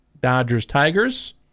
Dodgers-Tigers